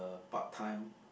part time